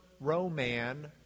Roman